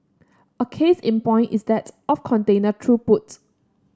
a case in point is that of container throughput